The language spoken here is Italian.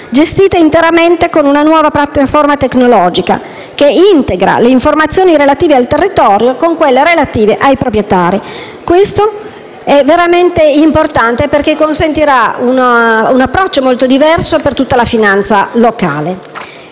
gestita interamente una nuova piattaforma, che integra le informazioni relative al territorio con quelle relative ai proprietari. Questo è veramente importante, perché consentirà un approccio molto diverso per tutta la finanza locale.